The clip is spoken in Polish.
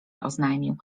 oznajmił